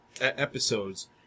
episodes